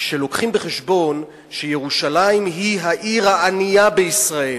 כשמביאים בחשבון שירושלים היא העיר הענייה בישראל,